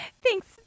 Thanks